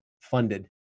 funded